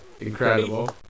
Incredible